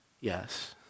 yes